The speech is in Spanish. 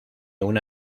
una